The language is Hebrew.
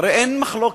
הרי אין מחלוקת,